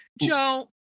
Joe